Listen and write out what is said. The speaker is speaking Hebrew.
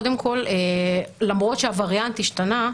קודם כל למרות שהווריאנט השתנה,